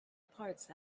parts